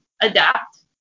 adapt